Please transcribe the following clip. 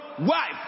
wife